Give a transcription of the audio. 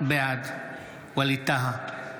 בעד ווליד טאהא,